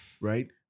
right